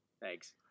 Thanks